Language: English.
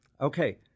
Okay